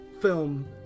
film